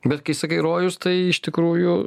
bet kai sakai rojus tai iš tikrųjų